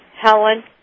Helen